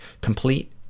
complete